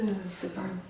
Super